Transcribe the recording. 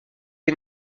est